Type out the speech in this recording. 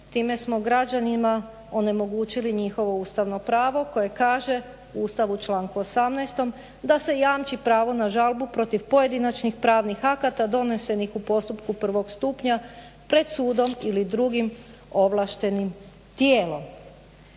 Time smo građanima onemogućili njihovo ustavno pravo koje kaže u Ustavu u članku 18. "da se jamči pravo na žalbu protiv pojedinačnih pravnih akata donesenih u postupku prvog stupnja pred sudom ili drugim ovlaštenim tijelom".